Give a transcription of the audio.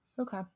Okay